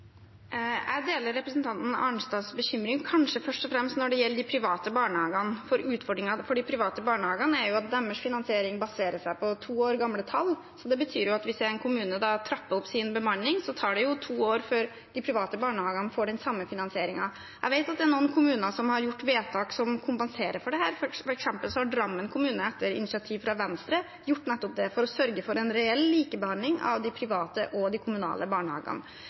Jeg deler representanten Arnstads bekymring, kanskje først og fremst når det gjelder de private barnehagene, for utfordringene for de private barnehagene er jo at deres finansiering baserer seg på to år gamle tall. Det betyr at hvis en kommune trapper opp sin bemanning, tar det jo to år før de private barnehagene får den samme finansieringen. Jeg vet at det er noen kommuner som har gjort vedtak som kompenserer for dette. For eksempel har Drammen kommune, etter initiativ fra Venstre, gjort nettopp det for å sørge for en reell likebehandling av de private og de kommunale barnehagene.